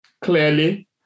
clearly